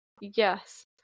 Yes